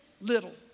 little